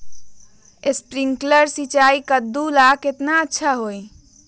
Sprinkler सिंचाई कददु ला केतना अच्छा होई?